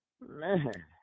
Man